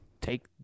take